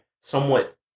somewhat